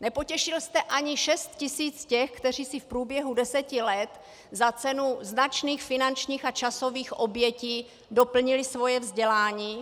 nepotěšil jste ani 6 tisíc těch, kteří si v průběhu deseti let za cenu značných finančních a časových obětí doplnili své vzdělání.